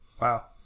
Wow